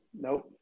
Nope